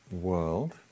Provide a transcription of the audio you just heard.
world